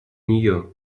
нее